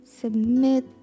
submit